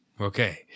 Okay